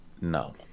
no